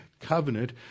covenant